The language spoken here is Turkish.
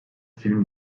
film